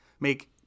make